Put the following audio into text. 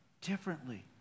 differently